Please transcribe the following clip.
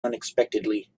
unexpectedly